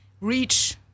reach